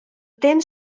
temps